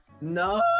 No